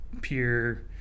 pure